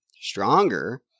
stronger